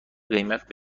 قیمت